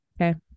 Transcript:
Okay